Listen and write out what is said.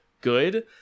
good